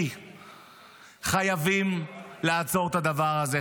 כי חייבים לעצור את הדבר הזה,